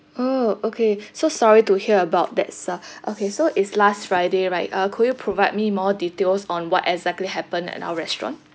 oh okay so sorry to hear about that sir okay so it's last friday right uh could you provide me more details on what exactly happened at our restaurant